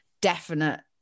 definite